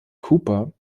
cooper